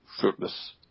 fruitless